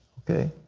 okay?